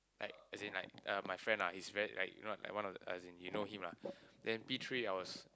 like is in like uh my friend lah he's very like you know what like one of the as in you know him lah then P three I was